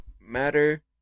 matter